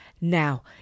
Now